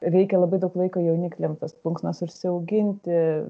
reikia labai daug laiko jaunikliam tas plunksnas užsiauginti